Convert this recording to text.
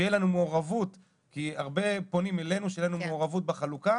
שתהיה לנו מעורבות הרבה פונים אלינו שתהיה לנו מעורבות בחלוקה.